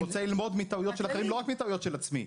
אני רוצה ללמוד מטעויות של אחרים ולא רק מטעויות של עצמי.